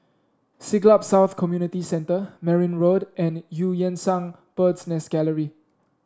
Siglap South Community Centre Merryn Road and Eu Yan Sang Bird's Nest Gallery